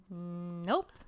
Nope